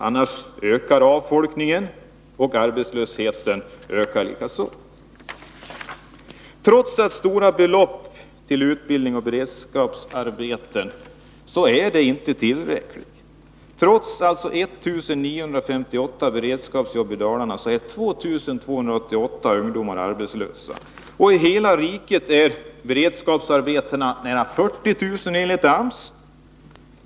Annars ökar Nr 80 avfolkningen och arbetslösheten. Måndagen den Trots att stora belopp har satsats på utbildning och beredskapsarbeten är 15 februari 1982 det inte tillräckligt. Trots att det finns 1958 beredskapsjobb i Dalarna är 2288 ungdomar arbetslösa. Enligt AMS är antalet beredskapsarbeten i hela riket nästan 40 000.